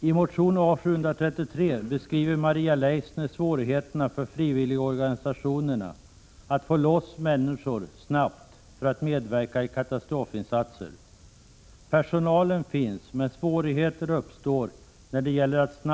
I motion A733 beskriver Maria Leissner svårigheterna för frivilligorganisationerna att få loss människor snabbt för medverkan i katastrofinsatser. Personal finns, men svårigheter uppstår när det gäller att